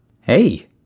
Hey